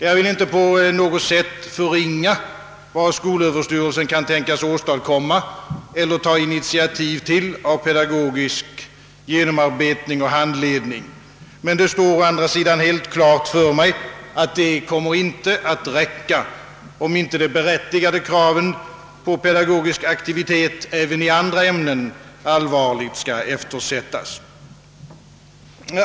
Jag vill inte på något sätt förringa vad skolöverstyrelsen kan tänkas åstadkomma eller ta initiativ till i fråga om pedagogisk genomarbetning och handledning, men det står å andra sidan helt klart för mig, att det inte kommer att räcka, om inte de berättigade kraven på pedagogisk aktivitet även i andra ämnen allvarligt skall eftersättas.